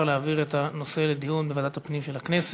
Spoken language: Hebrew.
להעביר את הנושא לוועדת הפנים של הכנסת.